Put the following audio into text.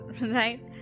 right